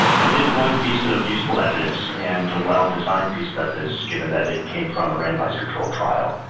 but it is one piece of useful evidence and a well designed piece of evidence given that it came from a randomised control trial.